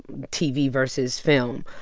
tv versus film.